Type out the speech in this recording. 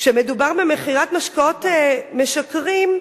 כשמדובר במכירת משקאות משכרים,